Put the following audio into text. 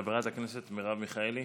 חברת הכנסת מרב מיכאלי,